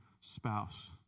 spouse